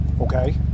Okay